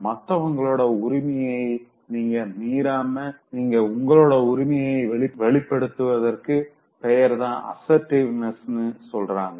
மத்தவங்களோட உரிமையநீங்க மீராம நீங்க உங்களோட உரிமைய வெளிப்படுத்துவதற்கு பெயர்தா அசர்ட்டிவ்னஸ்னு சொல்றாங்க